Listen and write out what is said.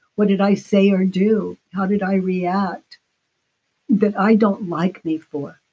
what did i say or do? how did i react that i don't like me for?